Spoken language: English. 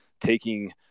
taking